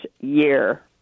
year